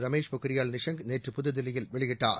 ரமேஷ் பொக்ரியால் நிஷாங் நேற்று புதுதில்லியில் வெளியிட்டார்